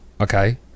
Okay